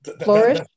flourish